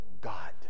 God